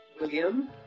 William